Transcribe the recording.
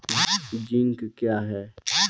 Zinc क्या हैं?